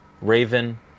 raven